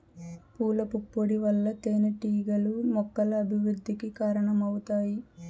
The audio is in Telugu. పూల పుప్పొడి వల్ల తేనెటీగలు మొక్కల అభివృద్ధికి కారణమవుతాయి